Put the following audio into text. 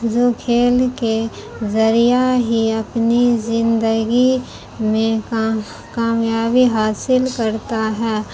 جو کھیل کے ذریعہ ہی اپنی زندگی میں کا کامیابی حاصل کرتا ہے